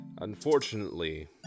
unfortunately